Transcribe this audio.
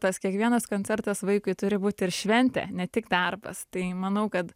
tas kiekvienas koncertas vaikui turi būt ir šventė ne tik darbas tai manau kad